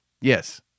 Yes